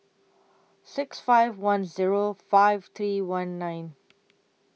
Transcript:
six five one Zero five three one nine